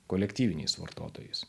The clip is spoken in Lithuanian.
kolektyviniais vartotojais